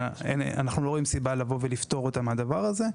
אנחנו לא רואים סיבה לבוא ולפטור אותם מהדבר הזה,